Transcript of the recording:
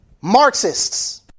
Marxists